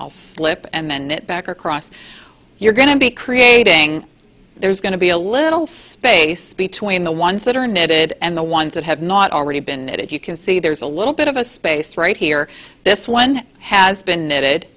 i'll slip and then back across you're going to be creating there's going to be a little space between the ones that are knitted and the ones that have not already been added you can see there's a little bit of a space right here this one has been